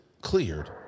cleared